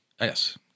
Yes